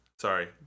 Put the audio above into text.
sorry